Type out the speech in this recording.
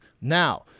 Now